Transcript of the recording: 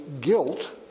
guilt